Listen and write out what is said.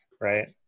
right